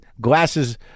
glasses